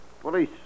Police